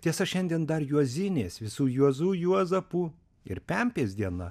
tiesa šiandien dar juozinės visų juozų juozapų ir pempės diena